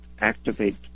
activate